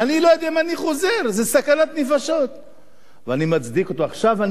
עכשיו אני מבין גם לעומק את האמירה שלו.